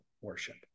worship